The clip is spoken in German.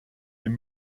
dem